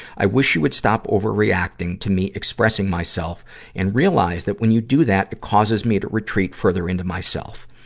i wish you would stop over-reacting to me expressing myself and realize that when you do that, it causes me to retreat further into myself.